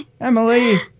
Emily